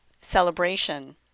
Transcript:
celebration